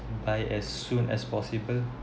buy as soon as possible